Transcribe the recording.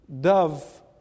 Dove